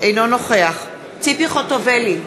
אינו נוכח ציפי חוטובלי,